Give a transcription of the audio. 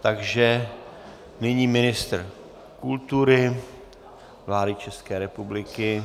Takže nyní ministr kultury vlády České republiky.